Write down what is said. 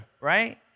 right